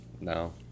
No